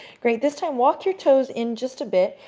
great. this time walk your toes in just a bit.